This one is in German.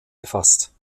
gefasst